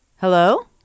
Hello